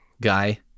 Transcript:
guy